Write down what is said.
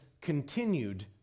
continued